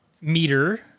meter